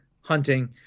hunting